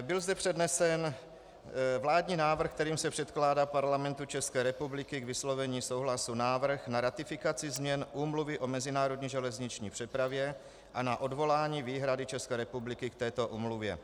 Byl zde přednesen vládní návrh, kterým se předkládá Parlamentu České republiky k vyslovení souhlasu návrh na ratifikaci změn Úmluvy o mezinárodní železniční přepravě a na odvolání výhrady České republiky k této úmluvě.